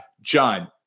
John